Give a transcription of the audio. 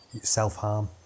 self-harm